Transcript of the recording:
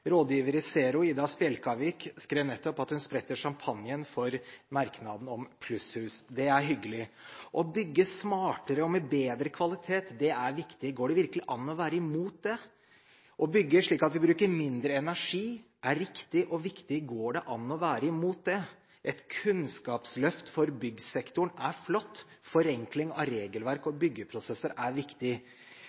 Rådgiver i Zero, Ida Spjelkavik, skrev nettopp at hun spretter sjampanjen for merknaden om plusshus. Det er hyggelig. Å bygge smartere og med bedre kvalitet er viktig. Går det virkelig an å være imot det? Å bygge slik at vi bruker mindre energi er riktig og viktig. Går det an å være imot det? Et kunnskapsløft for byggsektoren er flott. Forenkling av regelverk og byggeprosesser er viktig.